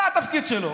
זה התפקיד שלו.